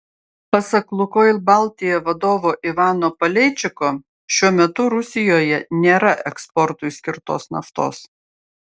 pasak lukoil baltija vadovo ivano paleičiko šiuo metu rusijoje nėra eksportui skirtos naftos